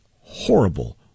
horrible